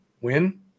win